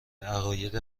عقاید